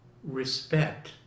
respect